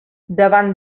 davant